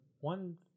one